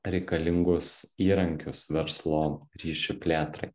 reikalingus įrankius verslo ryšių plėtrai